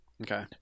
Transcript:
Okay